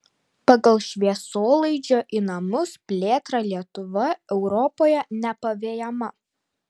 pagal šviesolaidžio į namus plėtrą lietuva europoje nepavejama